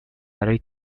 برای